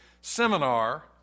seminar